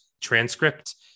transcript